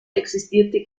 existierte